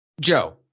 Joe